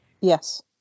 Yes